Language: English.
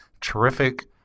terrific